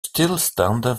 stilstaande